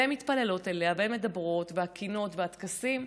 והן מתפללות אליה והן עליה מדברות בקינות ובטקסים,